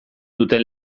duten